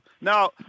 Now